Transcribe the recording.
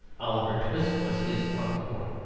oliver twist was his encore.